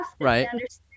Right